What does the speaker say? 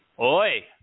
Oi